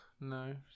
no